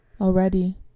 Already